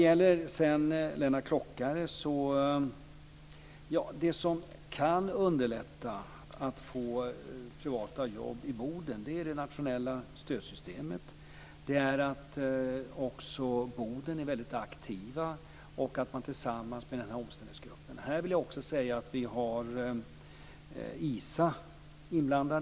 Till Lennart Klockare vill jag säga att det som kan underlätta att få privata jobb till Boden är det nationella stödsystemet, att man i Boden är väldigt aktiv och att man arbetar tillsammans med omställningsgruppen. I detta sammanhang vill jag nämna att ISA är inblandad.